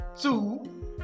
two